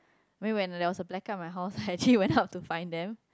maybe when there is a blackout at my house I actually went up to find them